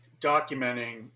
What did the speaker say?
documenting